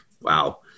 Wow